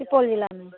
सिपोल ज़िले में